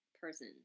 person